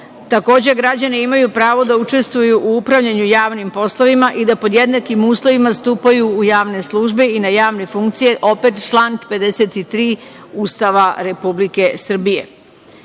Ustava. Takođe, građani imaju pravo da učestvuju u upravljanju javnim poslovima i da pod jednakim uslovima stupaju u javne službe i na javne funkcije, opet član 53. Ustava Republike Srbije. Ustav